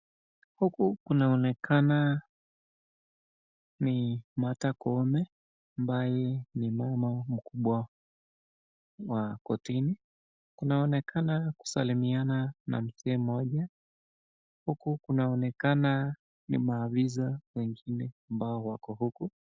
Huku kunaonekana ni Martha Koome ambaye ni mama mkubwa wa kotini. Kunaonekana kusalimiana na mzee mmoja huku kunaonekana ni maafisa wengine ambao wako huku.